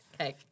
Okay